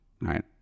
Right